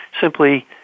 simply